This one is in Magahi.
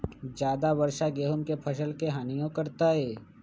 ज्यादा वर्षा गेंहू के फसल के हानियों करतै?